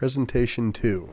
presentation to